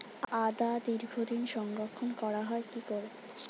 আদা দীর্ঘদিন সংরক্ষণ করা হয় কি করে?